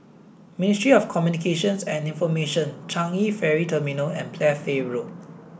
Ministry of Communications and Information Changi Ferry Terminal and Playfair Road